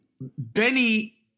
Benny